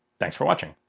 thanks for watching.